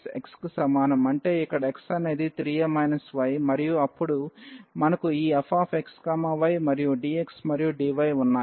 అంటే ఇక్కడ x అనేది 3a y మరియు అప్పుడు మనకు ఈ f x y మరియు dx మరియు dy ఉన్నాయి